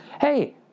Hey